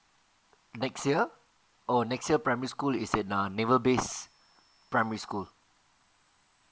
next year oh next year primary school is in err naval base primary school